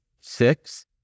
six